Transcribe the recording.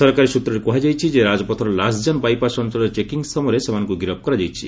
ସରକାରୀ ସୂତ୍ରରେ କୁହାଯାଇଛି ଯେ ରାଜପଥର ଲାସଜାନ୍ ବାଇପାସ୍ ଅଞ୍ଚଳରେ ଚେକିଂ ସମୟରେ ସେମାନଙ୍କୁ ଗିରଫ କରାଯାଇଛି